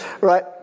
Right